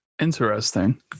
Interesting